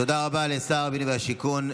תודה רבה לשר הבינוי והשיכון.